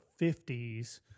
50s